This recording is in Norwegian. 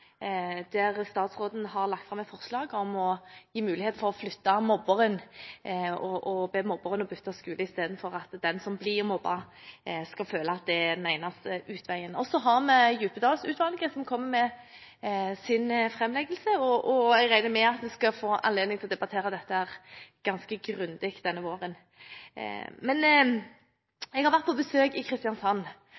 statsråden har lagt fram om å gi mulighet for å flytte mobberen, å be mobberen om å bytte skole i stedet for at den som blir mobbet, skal føle at det er den eneste utveien. Så har vi Djupedal-utvalget som vil legge fram sin utredning, og jeg regner med at vi får anledning til å debattere dette ganske grundig denne våren. Jeg har vært på besøk i Kristiansand